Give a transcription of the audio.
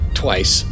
twice